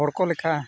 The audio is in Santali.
ᱦᱚᱲᱠᱚ ᱞᱮᱠᱟ